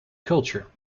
culture